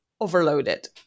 overloaded